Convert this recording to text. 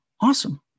awesome